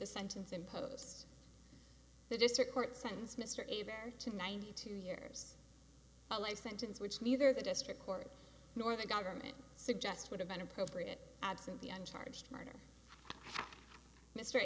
the sentence imposed the district court sentence mr a there to ninety two years a life sentence which neither the district court nor the government suggest would have been appropriate absent the uncharged murder m